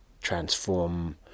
transform